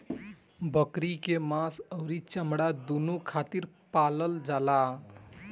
बकरी के मांस अउरी चमड़ा दूनो खातिर पालल जाला